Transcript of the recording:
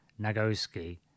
Nagoski